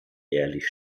ehrlich